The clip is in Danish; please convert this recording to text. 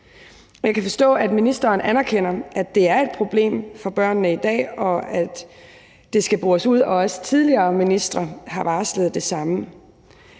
Jeg kan forstå, at ministeren anerkender, at det er et problem for børnene i dag, og at det skal bores ud, og at også tidligere ministre har varslet det samme.